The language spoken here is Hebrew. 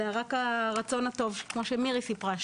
זה רק הרצון הטוב כמו שמירי סיפרה.